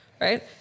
right